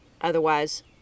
otherwise